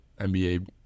NBA